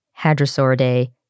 Hadrosauridae